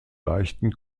leichten